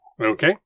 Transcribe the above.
Okay